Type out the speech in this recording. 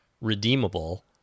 redeemable